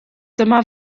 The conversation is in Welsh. dyma